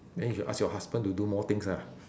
then you should ask your husband to do more things ah